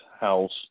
house